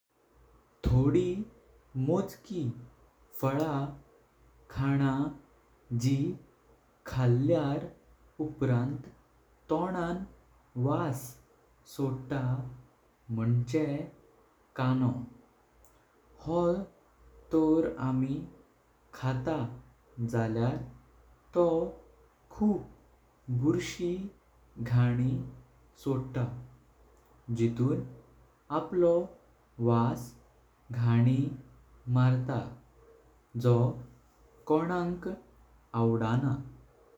थोडी मोजकी फळा खाना जी खायलां उपरांत तोंना वास सोडता मोनचें कानो हो तोर आमी खाता। जाल्यार तो खूप बर्शीं घाणी सोडता। जितून आपलो वास घाणी मरता जो कोणाक आवडणा।